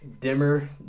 dimmer